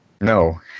No